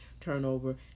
turnover